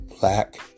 black